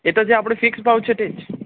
એ તો જે આપણો જે ફિક્સ ભાવ છે તે જ